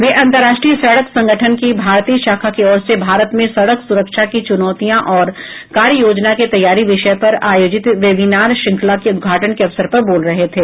वे अंतर्राष्ट्रीय सड़क संगठन की भारतीय शाखा की ओर से भारत में सड़क सुरक्षा की चुनौतियां और कार्ययोजना की तैयारी विषय पर आयोजित वेबिनार श्रृंखला के उद्घाटन के अवसर पर बोल रहे थे